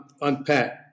unpack